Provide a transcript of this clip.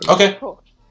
Okay